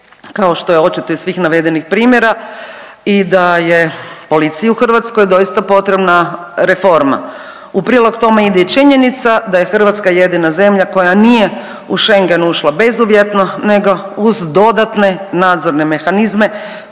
kao što je očito iz svih navedenih primjera i da je policiji u Hrvatskoj doista potrebna reforma. U prilog tome ide i činjenica da je Hrvatska jedina zemlja koja nije u Schengen ušla bezuvjetno nego uz dodatne nadzorne mehanizme